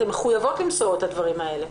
אתם מחויבים למסור את הדברים האלה.